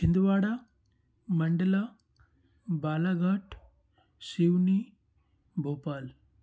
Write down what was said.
Chhindwara Mandla Balaghat Seoni Bhopal